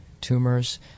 tumors